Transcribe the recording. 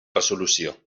resolució